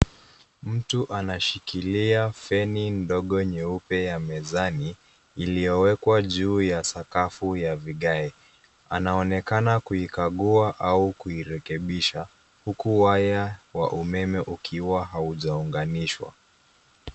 Mtu anashikilia feni ndogo nyeupe ya mezani, iliyowekwa juu ya sakafu ya vigae. Anaonekana kuikagua au kuirekebisha, huku waya wa umeme ukiwa haujaunganishwa.